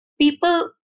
people